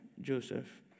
Joseph